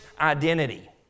identity